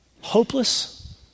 hopeless